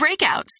breakouts